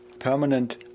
permanent